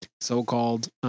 so-called